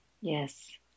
Yes